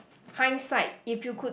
hindsight if you could